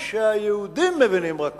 שהיהודים מבינים רק כוח,